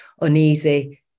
uneasy